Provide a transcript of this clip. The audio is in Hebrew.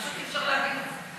פשוט אי-אפשר להבין את זה,